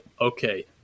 Okay